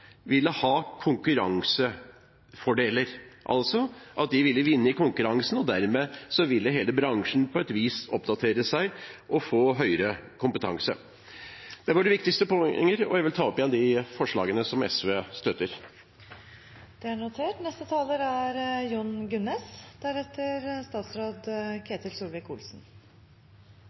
ville ha konkurransefordeler, at de ville vinne i konkurransen, og dermed ville hele bransjen på et vis oppdatere seg og få høyere kompetanse. Det er våre viktigste poenger, og jeg vil anbefale de forslagene der SV er medforslagsstiller. Vi har egentlig hatt en fantastisk utvikling når det